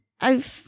I've-